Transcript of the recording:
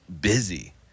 Busy